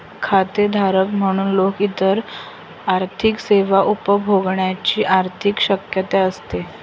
खातेधारक म्हणून लोक इतर आर्थिक सेवा उपभोगण्याची अधिक शक्यता असते